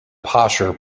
posher